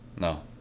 No